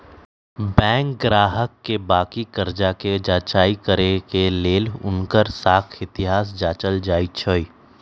bank गाहक के बाकि कर्जा कें जचाई करे के लेल हुनकर साख इतिहास के जाचल जाइ छइ